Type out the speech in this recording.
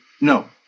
No